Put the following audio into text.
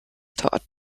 taught